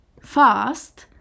Fast